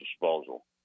disposal